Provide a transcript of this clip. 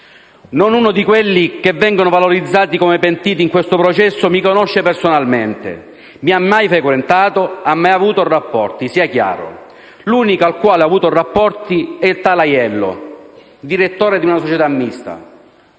Non uno di quelli che vengono valorizzati come pentiti in questo processo mi conosce personalmente, mi ha mai frequentato, ha mai avuto rapporti, sia chiaro. L'unico con il quale ho avuto rapporti è tal Aiello, direttore di una società mista,